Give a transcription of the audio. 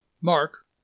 Mark